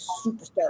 superstar